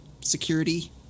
security